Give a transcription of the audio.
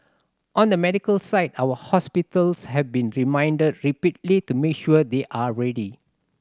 on the medical side our hospitals have been reminded repeatedly to make sure they are ready